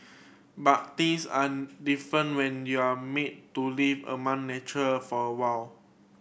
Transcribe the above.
but things are different when you're made to live among nature for awhile